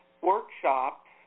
workshops